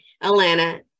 Atlanta